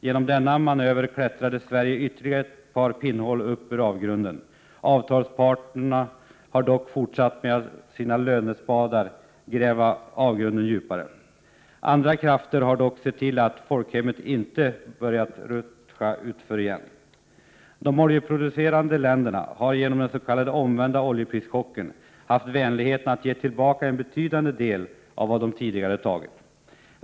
Genom denna manöver klättrade Sverige ytterligare ett par pinnhål upp ur avgrunden. Avtalsparterna har dock fortsatt att med sina lönespadar gräva avgrunden djupare. Andra krafter har dock sett till att folkhemmet inte åter rutschat utför. De oljeproducerande länderna har genom den s.k. omvända oljeprischocken haft vänligheten att ge tillbaka en betydande del av vad de tidigare tagit.